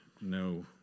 no